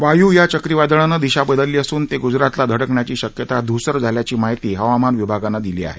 वायू या चक्रीवादळानं दिशा बदलली असून ते गुजरातला धडकण्याची शक्यता धूसर झाल्याची माहिती हवामान विभागानं दिली आहे